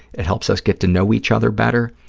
it helps us get to know each other better.